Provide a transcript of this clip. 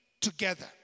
together